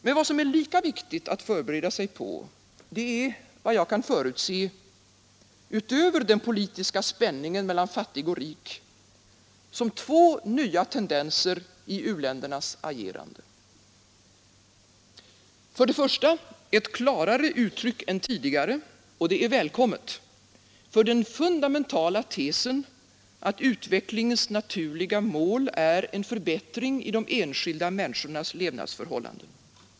Men vad som är lika viktigt att förbereda sig på är vad jag kan förutse — utöver den politiska spänningen mellan fattig och rik — som två nya tendenser i u-ländernas agerande. För det första ett klarare uttryck än tidigare — och det är välkommet — för den fundamentala tesen att utvecklingens naturliga mål är en förbättring i de enskilda människornas levnadsförhållanden.